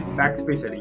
backspace